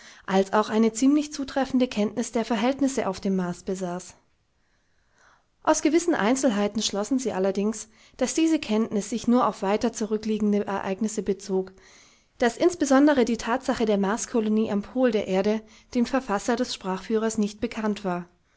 als auch eine ziemlich zutreffende kenntnis der verhältnisse auf dem mars besaß aus gewissen einzelheiten schlossen sie allerdings daß diese kenntnis sich nur auf weiter zurückliegende ereignisse bezog daß insbesondere die tatsache der marskolonie am pol der erde dem verfasser des sprachführers nicht bekannt war